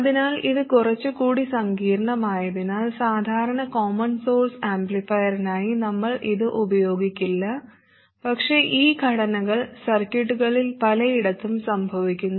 അതിനാൽ ഇത് കുറച്ചുകൂടി സങ്കീർണ്ണമായതിനാൽ സാധാരണ കോമൺ സോഴ്സ് ആംപ്ലിഫയറിനായി നമ്മൾ ഇത് ഉപയോഗിക്കില്ല പക്ഷേ ഈ ഘടനകൾ സർക്യൂട്ടുകളിൽ പലയിടത്തും സംഭവിക്കുന്നു